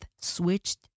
switched